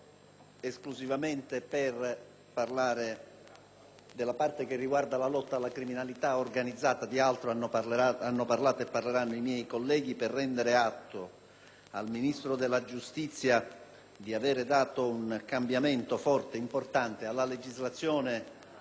per parlare di lotta alla criminalità organizzata (di altro hanno parlato e parleranno i miei colleghi) e per dare atto al Ministro della giustizia di aver prodotto un cambiamento forte ed importante alla legislazione contro le mafie,